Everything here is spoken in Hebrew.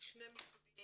שני מיקודים,